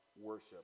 worship